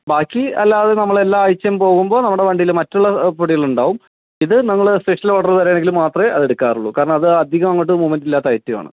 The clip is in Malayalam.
ബാക്കി അല്ലാതെ നമ്മളെല്ലാ ആഴ്ചയും പോകുമ്പോൾ നമ്മുടെ വണ്ടിയിൽ മറ്റുള്ള പൊടികളുണ്ടാവും ഇത് നമ്മൾ സ്പെഷ്യൽ ഓർഡർ തരികയാണെങ്കിൽ മാത്രമേ അത് എടുക്കാറുള്ളൂ കാരണം അത് അധികം അങ്ങോട്ട് മൂവ്മെൻ്റ് ഇല്ലാത്ത ഐറ്റമാണ്